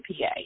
PA